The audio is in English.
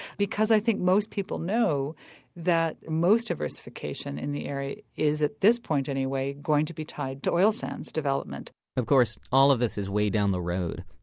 because i think most people know that most diversification in the area is, at this point anyway, going to be tied to oil sands development of course, all of this is way down the road.